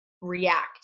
react